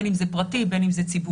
בין אם זה פרטי ובין אם זה ציבורי,